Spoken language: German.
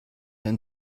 dein